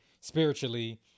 spiritually